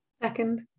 Second